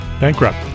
Bankrupt